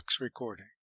recording